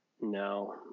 No